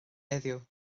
heddiw